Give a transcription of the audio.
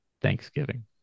Thanksgiving